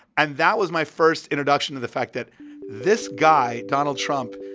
and that was my first introduction to the fact that this guy, donald trump,